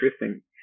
interesting